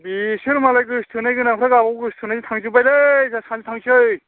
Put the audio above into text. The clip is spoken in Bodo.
बिसोर मालाय गोसोथोनाय गोनांफ्रा गावबागाव गोसोथोनायजों थांजोब्बायलै जोंहा सानैजों थांसै